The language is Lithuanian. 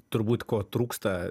turbūt ko trūksta